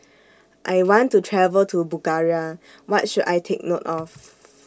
I want to travel to Bulgaria What should I Take note of